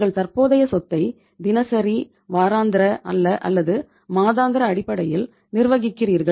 நீங்கள் தற்போதைய சொத்தை தினசரி வாராந்திர அல்லது மாதாந்திர அடிப்படையில் நிர்வகிக்கிறீர்கள்